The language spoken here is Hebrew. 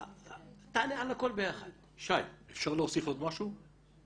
אפשר להוסיף עוד משהו?